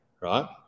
right